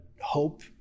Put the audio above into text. hope